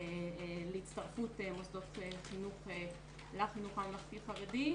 להצטרפות מוסדות חינוך לחינוך הממלכתי-חרדי.